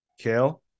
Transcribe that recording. Kale